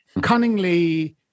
cunningly